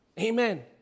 Amen